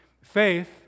faith